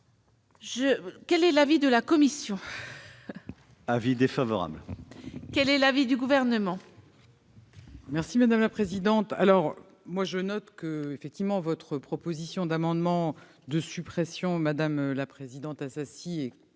Quel est l'avis de la commission ? Avis défavorable. Quel est l'avis du Gouvernement ?